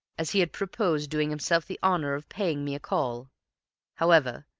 as he had proposed doing himself the honor of paying me a call however,